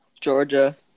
Georgia